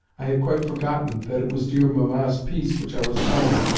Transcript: i had quite forgotten that it was dear mamma's piece which i was playing.